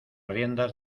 riendas